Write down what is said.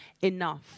enough